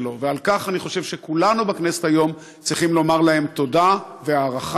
ועל כך אני חושב שכולנו בכנסת היום צריכים לומר להם תודה והערכה,